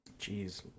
Jeez